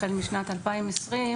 החל משנת 2020,